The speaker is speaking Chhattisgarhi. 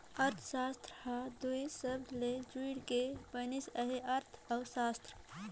अर्थसास्त्र हर दुई सबद ले जुइड़ के बनिस अहे अर्थ अउ सास्त्र